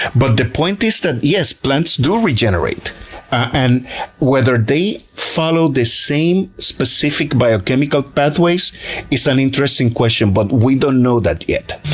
but the point is that yes, plants do regenerate and whether they followed the same specific biochemical pathways is an interesting question, but we don't know that yet.